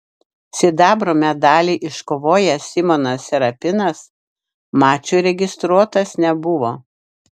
sidabro medalį iškovojęs simonas serapinas mačui registruotas nebuvo